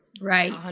Right